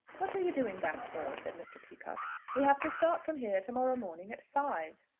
what are you doing that for? said mr. peacocke we have to start from here to-morrow morning at five.